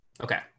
Okay